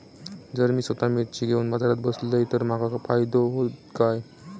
जर मी स्वतः मिर्ची घेवून बाजारात बसलय तर माका फायदो होयत काय?